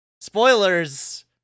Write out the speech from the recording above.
Spoilers